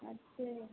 अच्छे है